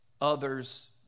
others